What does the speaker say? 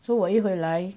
so 我一回来